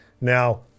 Now